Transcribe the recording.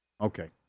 Okay